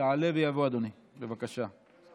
יעלה ויבוא אדוני, בבקשה.